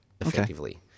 effectively